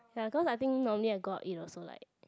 ya because I think normally I go out eat also like